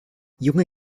junge